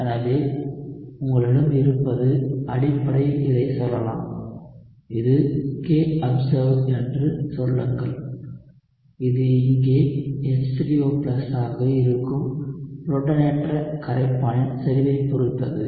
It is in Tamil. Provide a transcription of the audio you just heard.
எனவே உங்களிடம் இருப்பது அடிப்படையில் இதைச் சொல்லலாம் இது kobserved என்று சொல்லுங்கள் இது இங்கே H3O ஆக இருக்கும் புரோட்டானேற்ற கரைப்பானின் செறிவைப் பொறுத்தது